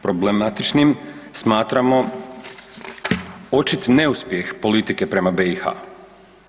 Problematičnim smatramo očito neuspjeh politike prema BiH-u.